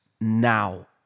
now